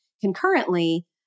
concurrently